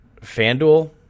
FanDuel –